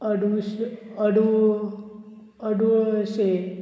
अडूश अडू अडुळशे